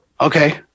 Okay